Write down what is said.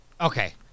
Okay